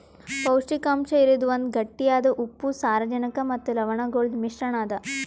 ಪೌಷ್ಟಿಕಾಂಶ ಇರದ್ ಒಂದ್ ಗಟ್ಟಿಯಾದ ಉಪ್ಪು, ಸಾರಜನಕ ಮತ್ತ ಲವಣಗೊಳ್ದು ಮಿಶ್ರಣ ಅದಾ